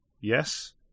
Yes